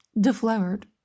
deflowered